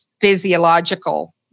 physiological